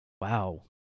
Wow